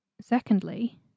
Secondly